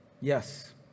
yes